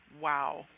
wow